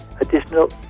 additional